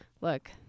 Look